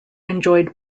enjoyed